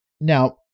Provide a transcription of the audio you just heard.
now